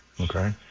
Okay